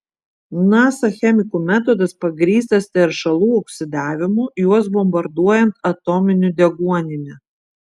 nasa chemikų metodas pagrįstas teršalų oksidavimu juos bombarduojant atominiu deguonimi